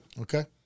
okay